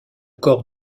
corps